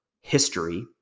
history